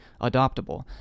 adoptable